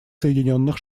соединенных